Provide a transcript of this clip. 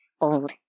old